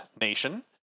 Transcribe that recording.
nation